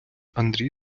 андрій